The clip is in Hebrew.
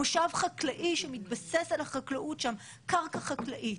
מושב חקלאי שמתבסס על החקלאות שם, קרקע חקלאית.